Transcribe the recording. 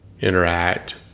interact